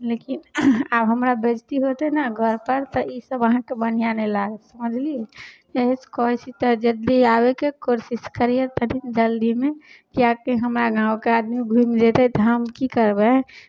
लेकिन आब हमरा बेज्जती होतै ने घरपर तऽ ईसब अहाँके बढ़िआँ नहि लागै समझलिए ताहिसँ कहै छी तऽ जल्दी आबैके कोशिश करिऔ तनि जल्दीमे किएकि हमरा गामके आदमी घुमि जेतै तऽ हम कि करबै